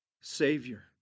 Savior